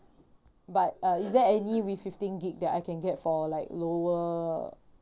but uh is there any with fifteen gig that I can get for like lower